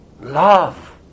love